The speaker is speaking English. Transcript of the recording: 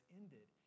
ended